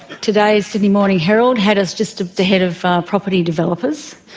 today's sydney morning herald had us just ahead of property developers.